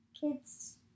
kids